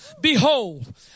Behold